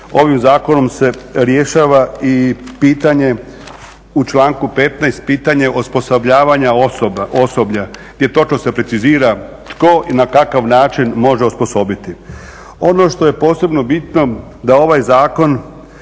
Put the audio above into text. ovim zakonom se rješava i pitanje u članku 15. pitanje osposobljavanja osoblje gdje točno se precizira tko i na kakav način može osposobiti. Ono što je posebno bitno, da ovaj zakon